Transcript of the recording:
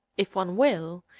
if one will,